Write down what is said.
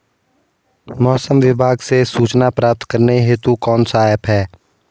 मौसम विभाग से सूचना प्राप्त करने हेतु कौन सा ऐप है?